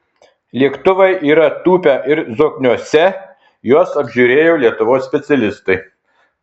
lėktuvai yra tūpę ir zokniuose juos apžiūrėjo lietuvos specialistai